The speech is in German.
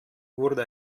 wurde